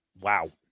wow